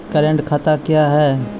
Current खाता क्या हैं?